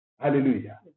Hallelujah